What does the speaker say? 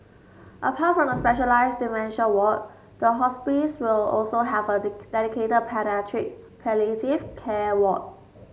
apart from the specialised dementia ward the hospice will also have a dedicated paediatric palliative care ward